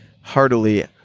heartily